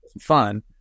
fun